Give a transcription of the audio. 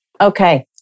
Okay